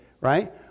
right